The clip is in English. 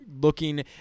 looking